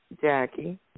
Jackie